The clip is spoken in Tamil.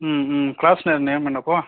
class sir name name என்னபா